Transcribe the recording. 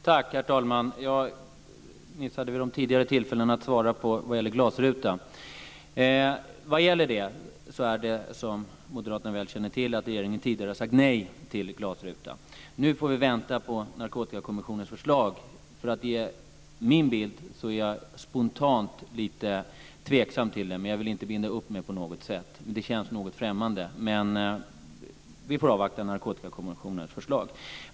Herr talman! Jag missade vid de tidigare tillfällena att svara på frågan om glasrutan. Som moderaterna väl känner till har regeringen tidigare sagt nej till glasruta. Nu får vi vänta på Narkotikakommissionens förslag. För att ge min bild vill jag säga att jag spontant är lite tveksam till glasruta. Jag vill inte binda upp mig på något sätt, men det känns något främmande. Vi får avvakta Narkotikakommissionens förslag.